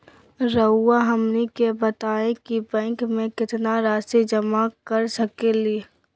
रहुआ हमनी के बताएं कि बैंक में कितना रासि जमा कर सके ली?